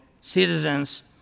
citizens